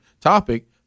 topic